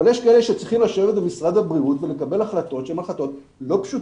אבל יש כאלה שצריכים לשבת במשרד הבריאות ולקבל החלטות שהן לא פשוטות,